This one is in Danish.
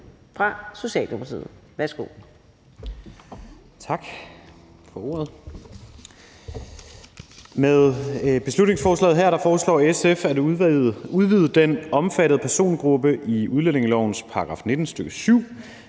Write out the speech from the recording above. fra Socialdemokratiet. Værsgo.